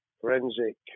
forensic